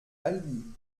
albi